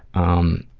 um,